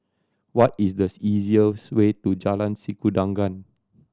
what is the easiest way to Jalan Sikudangan